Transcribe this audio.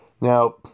Now